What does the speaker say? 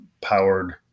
powered